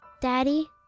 Daddy